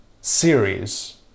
series